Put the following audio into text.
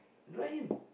drive